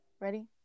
Ready